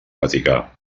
vaticà